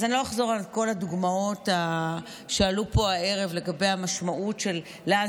אז אני לא אחזור על כל הדוגמאות שעלו פה הערב לגבי המשמעות של לאן